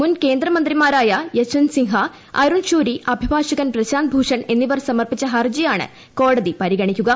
മുൻ കേന്ദ്രമന്ത്രിമാരായ യശ്വന്ത് സിൻഹ അരുൺ ഷൂറി ആഭിഭാഷകൻ പ്രശാന്ത് ഭൂഷൺ എന്നിവർ സമർപ്പിച്ച ഹർജിയാണ് കോടതി പരിഗണിക്കുക